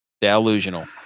Delusional